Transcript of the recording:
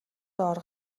доор